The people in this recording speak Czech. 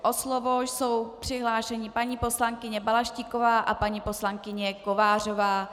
O slovo jsou přihlášeny paní poslankyně Balaštíková a paní poslankyně Kovářová.